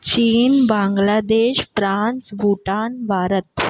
चीन बांग्लादेश फ्रांस भूटान भारत